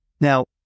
Now